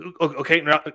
Okay